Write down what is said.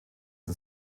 den